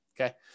Okay